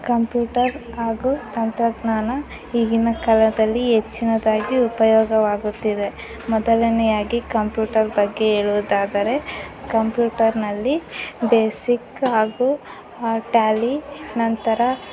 computer ಹಾಗೂ ತಂತ್ರಜ್ಞಾನ ಈಗಿನ ಕಾಲದಲ್ಲಿ ಹೆಚ್ಚಿನದಾಗಿ ಉಪಯೋಗವಾಗುತ್ತಿದೆ ಮೊದಲನೆಯದಾಗಿ ಕಂಪ್ಯೂಟರ್ ಬಗ್ಗೆ ಹೇಳುವುದಾದರೆ ಕಂಪ್ಯೂಟರ್ನಲ್ಲಿ ಬೇಸಿಕ್ ಹಾಗೂ ಟ್ಯಾಲಿ ನಂತರ